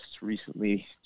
recently